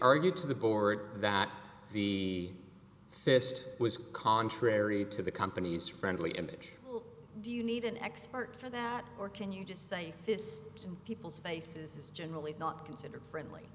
argue to the board that he fist was contrary to the company's friendly image do you need an expert for that or can you just say this people's faces is generally not considered friendly